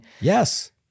Yes